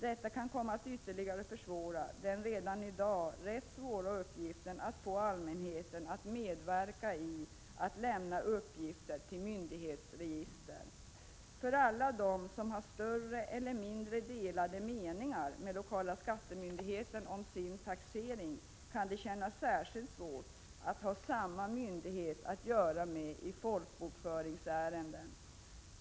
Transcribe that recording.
Detta kan komma att ytterligare försvåra den redan i dag rätt svåra uppgiften att få allmänheten att medverka i inlämnandet av uppgifter till myndighetsregister. För alla dem som har mer eller mindre delade meningar med lokala skattemyndigheten när det gäller taxering kan det kännas särskilt svårt att ha med samma myndighet att göra i folkbokföringsärenden.